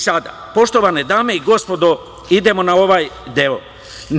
Sada, poštovane dame i gospodo, idemo na ovaj deo.